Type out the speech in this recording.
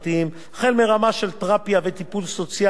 החל מרמה של תרפיה וטיפול סוציאלי ועד